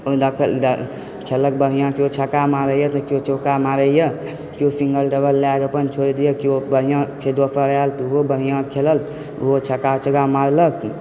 खेललक बढ़िआँ केओ छक्का मारैए तऽ केओ चौका मारैए केओ सिङ्गल डबल लए कऽ अपन छोड़ि दैत यऽ केओ बढ़िआँ फेर दोसर आयल ओहो बढ़िआँ खेलल ओहो छक्का चौका मारलक